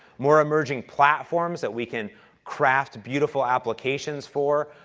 more emerging platforms that we can craft beautiful applications for,